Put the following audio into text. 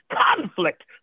conflict